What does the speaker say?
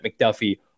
McDuffie